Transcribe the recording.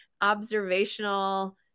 observational